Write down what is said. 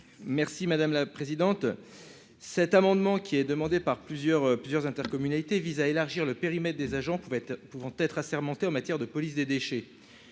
Merci madame la présidente, cet amendement qui est demandée par plusieurs plusieurs intercommunalités vise à élargir le périmètre des agents pouvaient être pouvant être assermenté en matière de police des déchets